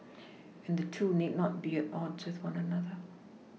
and the two need not be at odds with one another